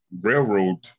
railroad